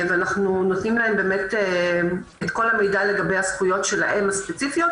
ואנחנו נותנים להם את כל המידע לגבי הזכויות הספציפיות שלהם.